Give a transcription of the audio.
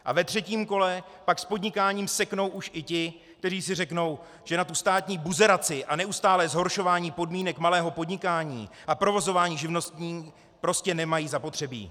A ve třetím kole pak s podnikáním seknou už i ti, kteří si řeknou, že státní buzeraci a neustálé zhoršování podmínek malého podnikání a provozování živností prostě nemají zapotřebí.